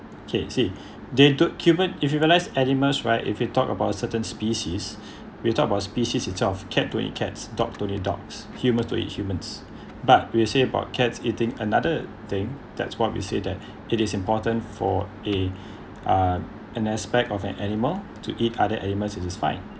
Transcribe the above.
okay see they do human if you realised animals right if it talk about certain species we talk about species itself cat don't eat cats dog don't eat dogs humans don't eat humans but we'll say about cats eating another thing that's what we say that it is important for a uh an aspect of an animal to eat other animals it is fine